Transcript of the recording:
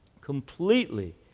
Completely